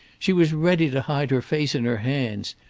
she was ready to hide her face in her hands.